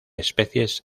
especies